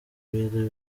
willy